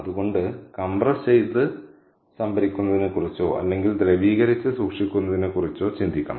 അതുകൊണ്ട് കംപ്രസ് ചെയ്ത് സംഭരിക്കുന്നതിനെക്കുറിച്ചോ അല്ലെങ്കിൽ ദ്രവീകരിച്ച് സൂക്ഷിക്കുന്നതിനെക്കുറിച്ചോ ചിന്തിക്കണം